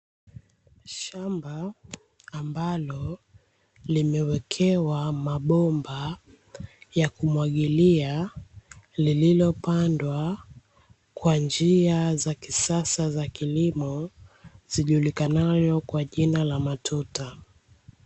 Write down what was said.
Shamba ambalo limewekewa mabomba ya kumwagilia, lililopandwa kwa njia za kisasa za kilimo zijulikanazo kwa jina la "Matuta".